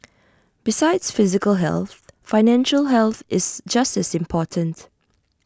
besides physical health financial health is just as important